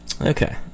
Okay